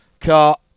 car